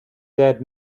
dead